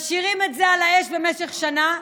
משאירים את זה על האש במשך שנה,